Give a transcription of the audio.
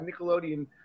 Nickelodeon